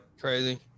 crazy